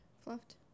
fluffed